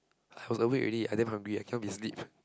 I was awake already I'm damn hungry I cannot be sleep